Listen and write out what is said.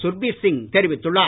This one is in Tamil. சுர்பிர் சிங் தெரிவித்துள்ளார்